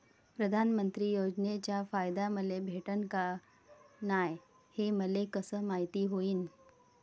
प्रधानमंत्री योजनेचा फायदा मले भेटनं का नाय, हे मले कस मायती होईन?